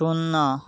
ଶୂନ